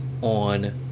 On